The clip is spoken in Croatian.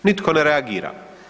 Nitko ne reagira.